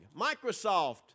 Microsoft